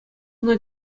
ӑна